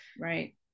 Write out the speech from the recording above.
right